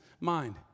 mind